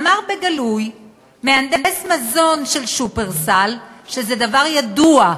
אמר בגלוי מהנדס מזון של "שופרסל" שזה דבר ידוע,